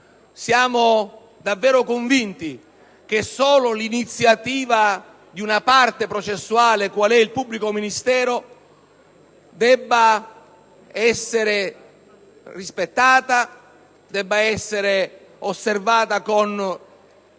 siamo davvero convinti che l'iniziativa di una parte processuale, qual è il pubblico ministero, debba essere rispettata e osservata con